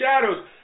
shadows